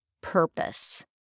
purpose